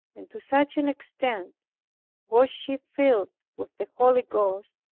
and to such an extent was she filled with the holy ghost,